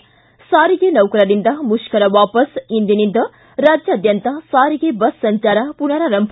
ಿ ಸಾರಿಗೆ ನೌಕರರಿಂದ ಮುಷ್ಕರ ವಾಪಸ್ ಇಂದಿನಿಂದ ರಾಜ್ಯಾದ್ಯಂತ ಸಾರಿಗೆ ಬಸ್ ಸಂಚಾರ ಪುನರಾರಂಭ